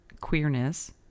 queerness